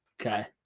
Okay